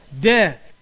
Death